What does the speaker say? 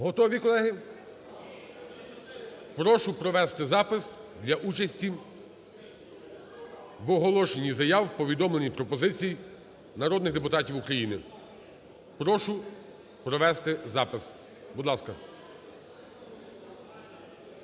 Готові, колеги? Прошу провести запис для участі в оголошені заяв, повідомлень і пропозицій народних депутатів України. Прошу провести запис. Будь ласка.